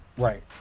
Right